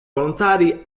volontari